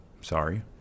Sorry